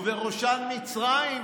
בראשן מצרים,